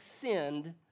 sinned